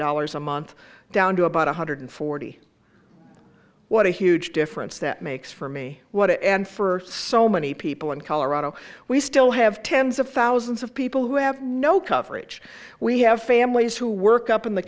dollars a month down to about one hundred forty what a huge difference that makes for me what and for so many people in colorado we still have tens of thousands of people who have no coverage we have families who work up in the